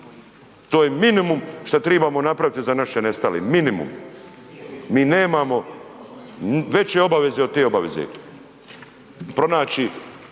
to je minimum šta tribamo napravit za naše nestale, minimum, mi nemamo veće obaveze od te obaveze, pronaći